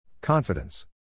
Confidence